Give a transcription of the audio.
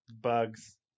Bugs